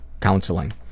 counseling